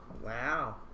Wow